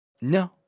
No